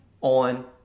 on